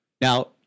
Now